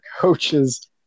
coaches